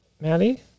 Maddie